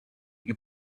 you